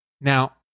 Now